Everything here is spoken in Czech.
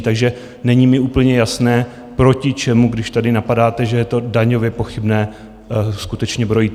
Takže není mi úplně jasné, proti čemu, když tady napadáte, že je to daňově pochybné, skutečně brojíte.